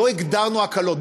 לא הגדרנו הקלות,